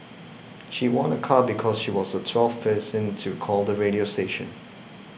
she won a car because she was a twelfth person to call the radio station